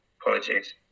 Apologies